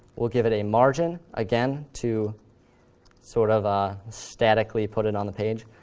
we'll give it a margin, again, to sort of ah statically put it on the page.